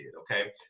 okay